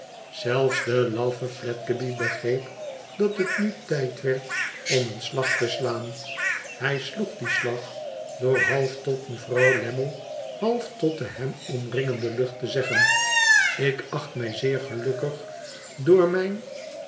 zelfs de lafie fledgeby begreep dat het nu tijd werd om een slag te slaan hij sloeg dien slag door half tot mevrouw lammie half tot de hem omringende lucht te zeggen ik acht mij zeer gelukkig door mijn